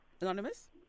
Anonymous